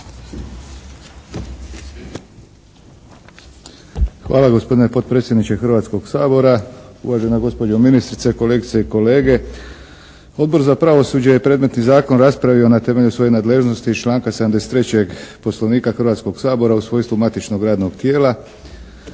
Hvala gospodine potpredsjedniče Hrvatskog sabora, uvažena gospođo ministrice, kolegice i kolege. Odbor za pravosuđe je predmetni zakon raspravio na temelju svoje nadležnosti iz članka 73. Poslovnika Hrvatskog sabora u svojstvu matičnog radnog tijela.